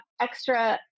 extra